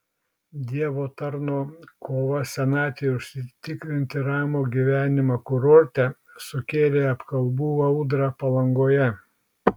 dievo tarno kova senatvei užsitikrinti ramų gyvenimą kurorte sukėlė apkalbų audrą palangoje